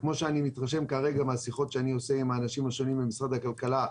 וכמו שאני מתרשם כרגע מהשיחות שאני עושה עם האנשים השונים במשרד הכלכלה,